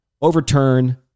overturn